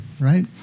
right